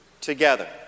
together